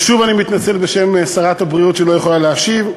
ושוב אני מתנצל בשם שרת הבריאות, שלא יכולה להשיב,